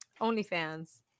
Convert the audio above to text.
OnlyFans